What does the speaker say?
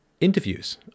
interviews